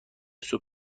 صبح